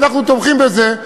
ואנחנו תומכים בזה,